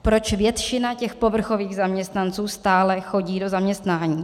Proč většina těch povrchových zaměstnanců stále chodí do zaměstnání?